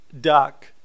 duck